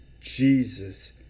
jesus